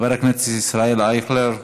חבר הכנסת ישראל אייכלר,